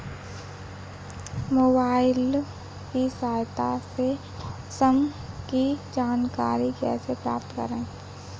Mobile की सहायता से मौसम की जानकारी कैसे प्राप्त करें?